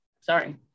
Sorry